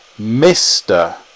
Mr